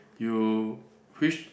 you which